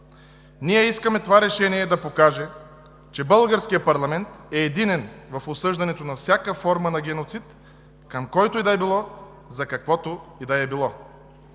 Ние искаме това решение да покаже, че българският парламент е единен в осъждането на всяка форма на геноцид, към който и да било, за каквото и да е било.